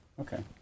Okay